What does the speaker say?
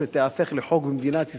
שתיהפך לחוק במדינת ישראל,